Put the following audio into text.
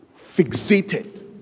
fixated